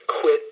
quit